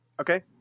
Okay